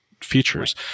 features